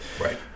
Right